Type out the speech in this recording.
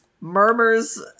murmurs